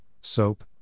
soap